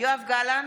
יואב גלנט,